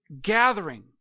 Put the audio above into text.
gathering